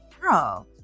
Girl